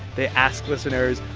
they ask listeners,